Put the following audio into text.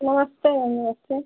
नमस्ते नमस्ते